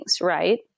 Right